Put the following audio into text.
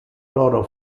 loro